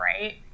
right